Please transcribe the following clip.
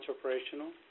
operational